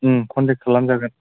contact खालाम जागोन